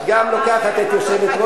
יש סיכוי שתתמוך בשבוע